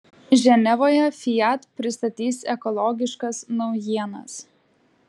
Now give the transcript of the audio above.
ženevoje fiat pristatys ekologiškas naujienas